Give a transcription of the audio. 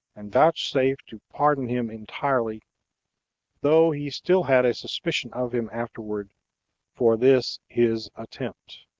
and vouchsafed to pardon him entirely though he still had a suspicion of him afterward for this his attempt.